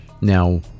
now